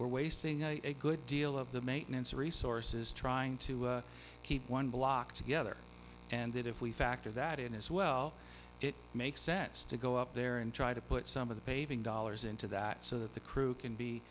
we're wasting a good deal of the maintenance resources trying to keep one block together and if we factor that in as well it makes sense to go up there and try to put some of the paving dollars into that so that the crew can be